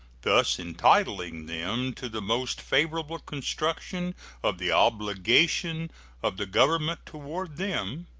thus entitling them to the most favorable construction of the obligation of the government toward them,